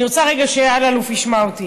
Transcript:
אני רוצה רגע שאלאלוף ישמע אותי.